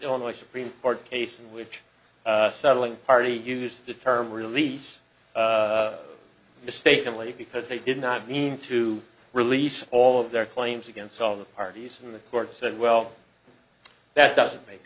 illinois supreme court case in which settling party used the term release mistakenly because they did not mean to release all of their claims against all the parties in the court said well that doesn't make